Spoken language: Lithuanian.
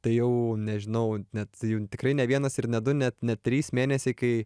tai jau nežinau net tikrai ne vienas ir ne du net ne trys mėnesiai kai